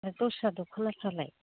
दस्रा दखनाफोरालाय